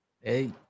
Hey